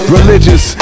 Religious